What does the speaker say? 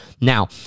now